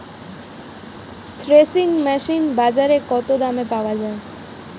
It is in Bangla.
থ্রেসিং মেশিন বাজারে কত দামে পাওয়া যায়?